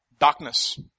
Darkness